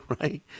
right